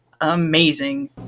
amazing